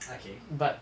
okay